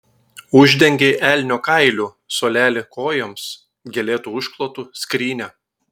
uždengei elnio kailiu suolelį kojoms gėlėtu užklotu skrynią